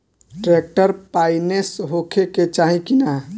Tractor finance होखे के चाही कि ना?